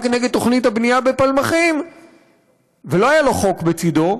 נגד תוכנית הבנייה בפלמחים ולא היה לו חוק בצדו,